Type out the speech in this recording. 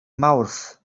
mawrth